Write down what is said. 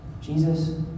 Jesus